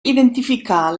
identificar